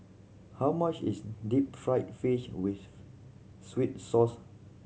how much is deep fried fish with sweet sauce